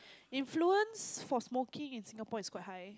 influence for smoking in Singapore is quite high